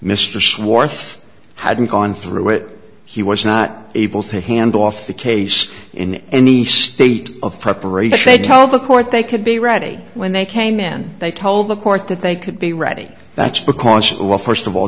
swarth hadn't gone through it he was not able to hand off the case in any state of preparation tell the court they could be ready when they came in they told the court that they could be ready that's because well first of all